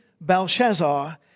Belshazzar